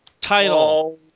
title